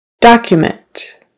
Document